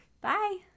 Bye